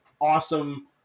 awesome